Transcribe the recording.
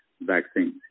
vaccines